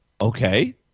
Okay